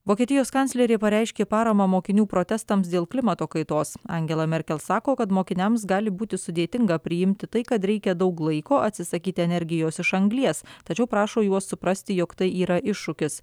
vokietijos kanclerė pareiškė paramą mokinių protestams dėl klimato kaitos angela merkel sako kad mokiniams gali būti sudėtinga priimti tai kad reikia daug laiko atsisakyti energijos iš anglies tačiau prašo juos suprasti jog tai yra iššūkis